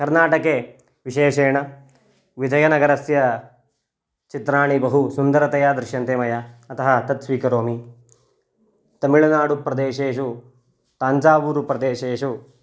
कर्नाटके विशेषेण विजयनगरस्य चित्राणि बहु सुन्दरतया दृश्यन्ते मया अतः तत् स्वीकरोमि तमिळुनाडुप्रदेशेषु तञ्जावूरुप्रदेशेषु